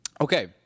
Okay